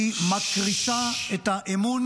היא מקריסה את האמון